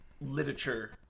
literature